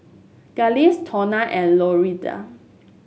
Glynis Tonia and Lorinda